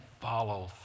follow